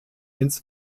ins